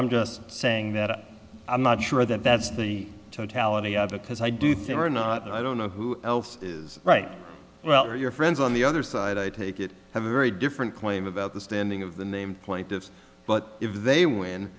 i'm just saying that i'm not sure that that's the totality of it because i do think we're not i don't know who else is right well or your friends on the other side i take it have a very different claim about the standing of the name plaintiffs but if they when